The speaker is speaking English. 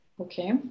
Okay